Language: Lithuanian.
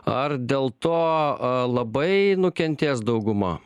ar dėl to labai nukentės dauguma